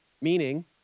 Meaning